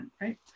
right